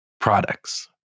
products